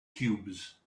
cubes